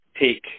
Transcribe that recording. take